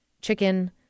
chicken